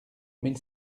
mille